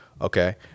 okay